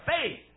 faith